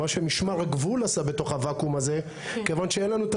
שמשמר הגבול עשה בתוך הוואקום הזה כיוון שאין לנו את